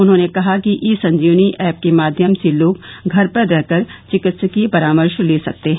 उन्होंने कहा कि ई संजीवनी ऐप के माध्यम से लोग घर पर रह कर चिकित्सकीय परामर्श ले सकते हैं